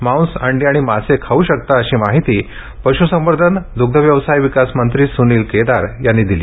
मांस अंडी आणि मासे खाऊ शकता अशी माहिती पशूसंवर्धन द्ग्ध व्यवसाय विकास मंत्री सूनील केदार यांनी दिली